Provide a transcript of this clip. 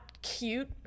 cute